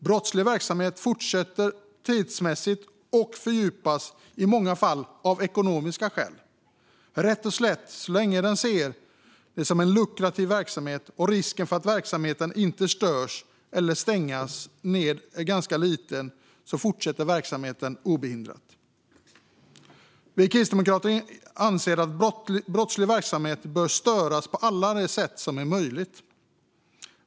Brottslig verksamhet fortsätter tidsmässigt och fördjupas i många fall av ekonomiska skäl. Det är rätt och slätt så att så länge de ser det som en lukrativ verksamhet och risken för att verksamheten störs eller stängs ned är ganska liten så fortsätter verksamheten obehindrat. Vi kristdemokrater anser att brottslig verksamhet bör störas på alla de sätt som det är möjligt.